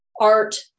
art